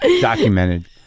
documented